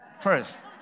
first